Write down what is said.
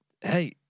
Hey